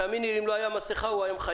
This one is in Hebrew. תאמיני לי, אם לא הייתה מסכה, הוא היה מחייך.